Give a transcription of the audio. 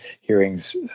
hearings